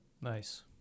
nice